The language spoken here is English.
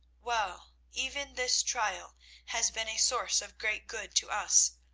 well, even this trial has been a source of great good to us.